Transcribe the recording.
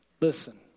Listen